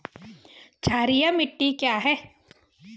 क्षारीय मिट्टी क्या है?